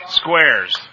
squares